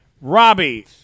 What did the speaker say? Robbie